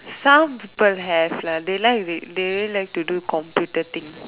some people have lah they like they they really like to do computer things